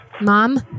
mom